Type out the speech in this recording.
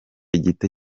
gito